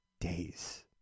days